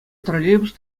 троллейбус